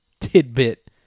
tidbit